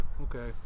okay